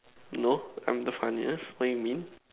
no I'm the funniest what you mean